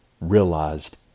realized